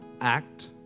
act